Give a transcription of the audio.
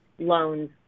Loans